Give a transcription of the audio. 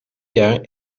jaar